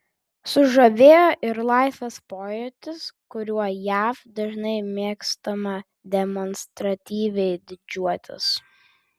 sužavėjo ir laisvės pojūtis kuriuo jav dažnai mėgstama demonstratyviai didžiuotis